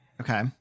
Okay